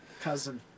cousin